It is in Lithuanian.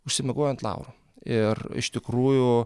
užsimiegojo ant laurų ir iš tikrųjų